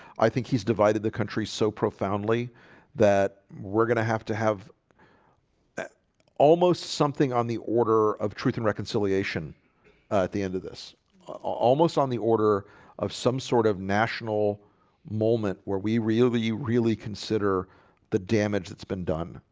i think he's divided the country so profoundly that we're gonna have to have almost something on the order of truth and reconciliation at the end of this almost on the order of some sort of national moment where we really really? consider the damage that's been done.